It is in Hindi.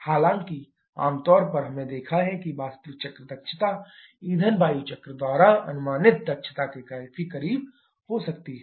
हालाँकि आमतौर पर हमने देखा है कि वास्तविक चक्र की दक्षता ईंधन वायु चक्र द्वारा अनुमानित दक्षता के काफी करीब हो सकती है